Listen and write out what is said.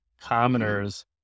commoners